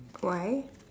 why